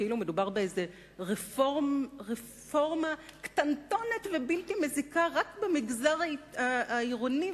כאילו מדובר באיזו רפורמה קטנטונת ובלתי מזיקה רק במגזר העירוני,